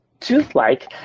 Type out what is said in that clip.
tooth-like